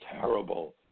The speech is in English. terrible